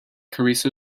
carrizo